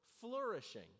flourishing